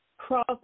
cross